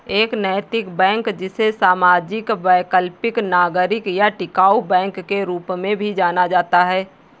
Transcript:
एक नैतिक बैंक जिसे सामाजिक वैकल्पिक नागरिक या टिकाऊ बैंक के रूप में भी जाना जाता है